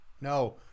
No